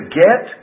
get